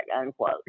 unquote